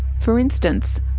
for instance,